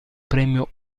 premio